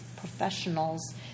professionals